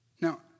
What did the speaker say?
Now